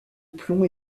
plomb